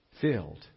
filled